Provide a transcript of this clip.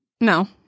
No